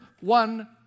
one